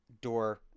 door